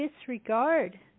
disregard